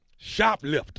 Shoplift